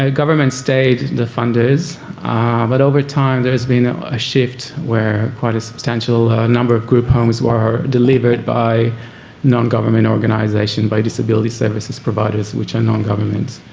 ah government stayed the funders but over time there has been a shift where quite a substantial number of group homes were delivered by nongovernment organisation, by disability services providers which are non-government.